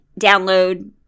download